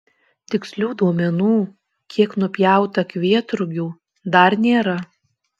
tikslių duomenų kiek nupjauta kvietrugių dar nėra